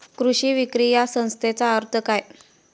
कृषी विक्री या संज्ञेचा अर्थ काय?